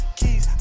keys